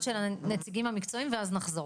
של הנציגים המקצועיים ואז נחזור.